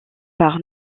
par